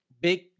big